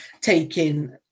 taking